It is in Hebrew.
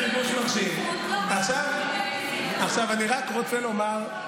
עכשיו אני רק רוצה לומר,